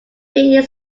being